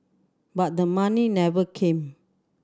but the money never came